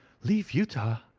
leave utah!